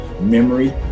memory